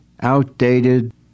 outdated